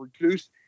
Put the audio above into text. reduce